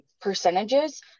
percentages